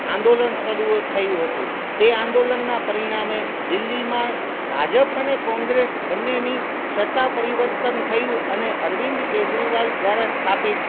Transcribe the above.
આંદોલન શરૂ થયું હતું તે આંદોલનના પરિણામે દિલ્લીમાં ભાજપ અને કોંગ્રેસ બંનેની સત્તા પરિવર્તન થયું અને અરવિંદ કેજરીવાલ દ્વારા સ્થાપિત